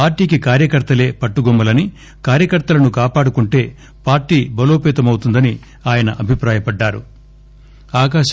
పార్టీకి కార్యకర్తలే పట్టుగొమ్మలని కార్యకర్తలను కాపాడుకుంటే పార్టీ బలోపేతమౌతుందని ఆయన అభిప్రాయపడ్డారు